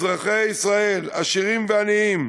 אזרחי ישראל, עשירים ועניים,